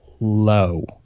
low